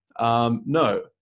No